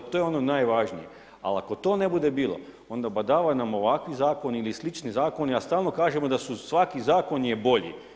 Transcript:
To je ono najvažnije, ali ako to ne bude bilo, onda badava nam ovakvi zakoni ili slični zakoni, a stalno kažemo da su, svaki zakon je bolji.